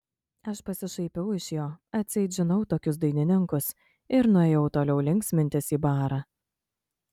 aš pasišaipiau iš jo atseit žinau tokius dainininkus ir nuėjau toliau linksmintis į barą